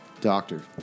Doctor